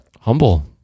humble